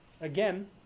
again